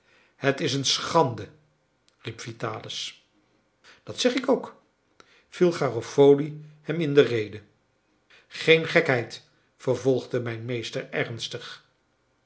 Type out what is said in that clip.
het is een schande riep vitalis dat zeg ik ook viel garofoli hem in de rede geen gekheid vervolgde mijn meester ernstig